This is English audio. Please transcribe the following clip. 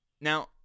now